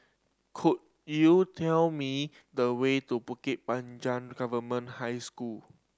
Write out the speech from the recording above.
could you tell me the way to Bukit Panjang Government High School